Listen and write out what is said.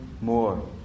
more